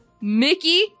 Mickey